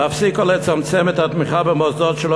להפסיק או לצמצם את התמיכה במוסדות שלא